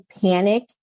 panic